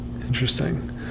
Interesting